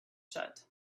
shut